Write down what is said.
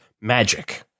magic